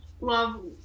love